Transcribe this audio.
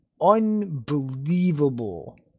unbelievable